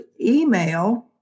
email